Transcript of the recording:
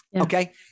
Okay